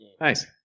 Nice